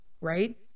right